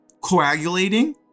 coagulating